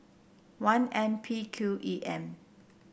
one N P Q E M